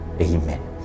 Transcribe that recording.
Amen